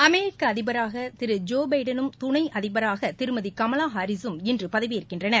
அமெரிக்க அதிபராக திரு ஜோ பபடனும் துணை அதிபராக திருமதி கமலா ஹாரிஸ்ம் இன்று பதவியேற்கின்றனர்